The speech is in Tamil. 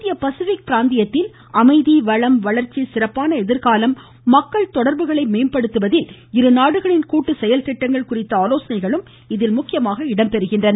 இந்திய பசிபிக் பிராந்தியத்தில் அமைதி வளம் வளர்ச்சி சிறப்பான எதிர்காலம் மற்றும் மக்கள் தொடர்புகளை மேம்படுத்துவதில் இருநாடுகளின் கூட்டு செயல்திட்டங்கள் குறித்த ஆலோசனைகளும் இதில் இடம்பெறுகின்றன